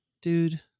Dude